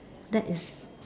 that is